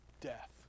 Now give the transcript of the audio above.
death